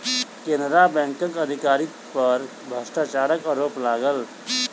केनरा बैंकक अधिकारी पर भ्रष्टाचारक आरोप लागल